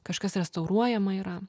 kažkas restauruojama yra